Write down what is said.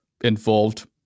involved